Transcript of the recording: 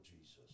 Jesus